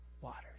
waters